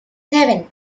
seven